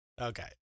Okay